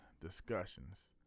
discussions